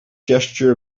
gesture